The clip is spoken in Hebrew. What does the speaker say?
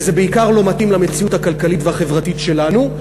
וזה בעיקר לא מתאים למציאות הכלכלית והחברתית שלנו.